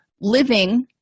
living